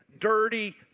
dirty